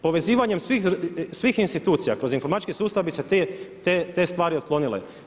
Povezivanjem svih institucija kroz informatički sustav bi se te stvari otklonile.